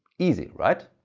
easy, right?